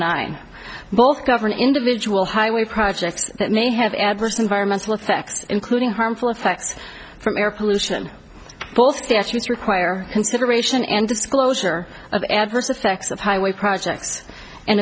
nine both govern individual highway projects that may have adverse environmental effects including harmful effects from air pollution both statutes require consideration and disclosure of adverse effects of highway projects and